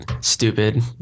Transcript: stupid